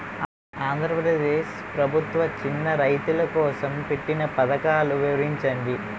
ఆంధ్రప్రదేశ్ ప్రభుత్వ చిన్నా రైతుల కోసం పెట్టిన పథకాలు వివరించండి?